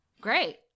Great